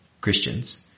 Christians